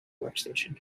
workstation